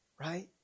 right